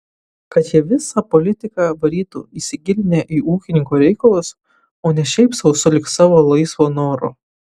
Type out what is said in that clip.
kad jie visą politiką varytų įsigilinę į ūkininko reikalus o ne šiaip sau sulig savo laisvo noro